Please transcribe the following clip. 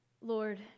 Lord